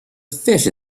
fish